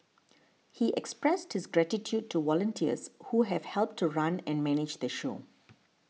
he expressed his gratitude to volunteers who have helped to run and manage the show